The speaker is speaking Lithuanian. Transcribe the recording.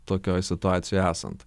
tokioj situacijoj esant